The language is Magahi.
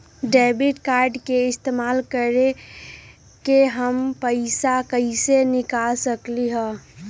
डेबिट कार्ड के इस्तेमाल करके हम पैईसा कईसे निकाल सकलि ह?